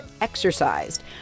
exercised